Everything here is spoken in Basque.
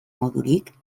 modurik